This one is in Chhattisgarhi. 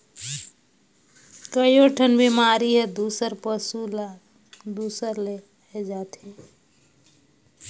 कयोठन बेमारी हर दूसर पसु या दूसर ले आये जाथे